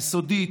היסודית,